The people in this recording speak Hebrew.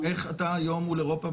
עוד פעם, איך אתה היום מול אירופה?